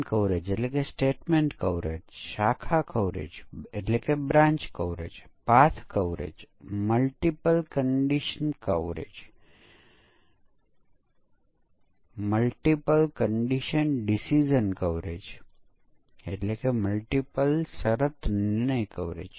આ ખૂબ સરળ સોફ્ટવેર છે જેમાં ડ્રાઇવર અને સ્ટબ છે જે આ અન્ય એકમોની વર્તણૂકનું અનુકરણ કરે છે કારણ કે આપણે આ યુનિટને અલગતામાં ચકાસી રહ્યા છીએ